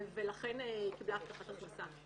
ולכן היא קיבלה הבטחת הכנסה.